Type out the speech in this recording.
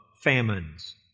famines